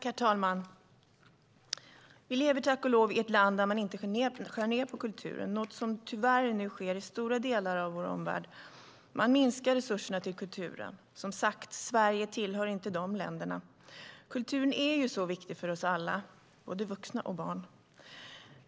Herr talman! Vi lever tack och lov i ett land där man inte skär ned på kulturen, något som tyvärr nu sker i stora delar av vår omvärld. Man minskar resurserna till kulturen. Som sagt: Sverige tillhör inte de länderna. Kulturen är ju så viktig för oss alla, både vuxna och barn.